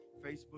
Facebook